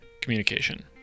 communication